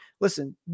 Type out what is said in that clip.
Listen